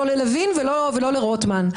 לא ללוין ולא לרוטמן,